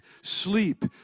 sleep